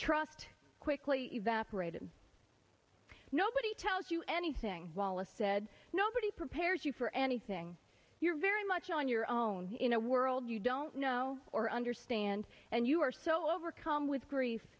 trust quickly evaporated nobody tells you anything wallace said nobody prepares you for anything you're very much on your own in a world you don't know or understand and you are so overcome with grief